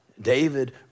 David